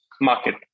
market